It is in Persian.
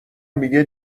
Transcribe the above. میگه